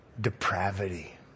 depravity